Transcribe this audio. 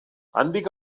handik